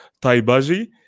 Taibaji